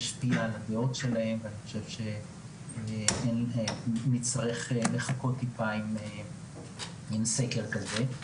נצטרך לחכות טיפה עם סקר כזה.